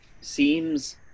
seems